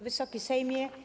Wysoki Sejmie!